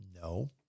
No